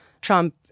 Trump